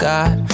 God